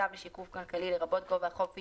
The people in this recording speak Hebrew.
צו לשיקום כלכלי לרבות גובה החוב כפי